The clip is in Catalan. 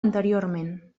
anteriorment